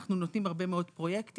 אנחנו נותנים המון פרויקטים.